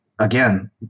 Again